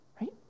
right